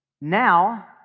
Now